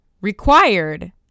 required